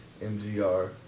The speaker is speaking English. MGR